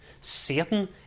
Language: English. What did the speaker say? Satan